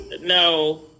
no